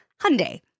Hyundai